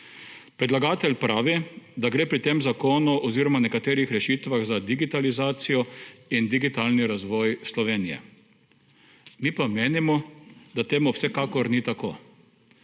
Predlagatelj pravi, da gre pri tem zakonu oziroma nekaterih rešitvah za digitalizacijo in digitalni razvoj Slovenije, mi pa menimo, da temu vsekakor ni tako.